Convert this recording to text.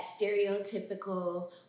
stereotypical